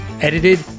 edited